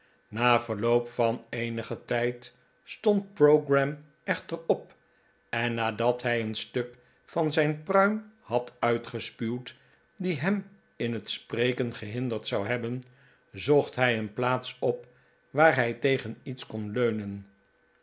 na verloop van eenigen tijd stond pogram echter op en nadat hij een stuk van zijn pruim had uitgespuwd die hem in het spreken gehinderd zou hebben zocht hij een plaats op waar hij tegen iets kon leunen